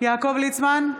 יעקב ליצמן,